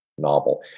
novel